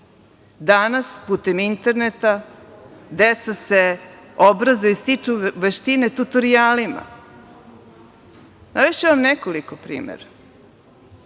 Danas putem interneta deca se obrazuju, stiču veštine tutorijalima. Navešću vam nekoliko primera.